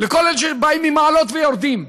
לכל אלה שבאים ממעלות ויורדים,